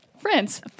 Friends